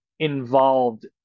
Involved